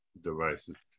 devices